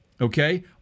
Okay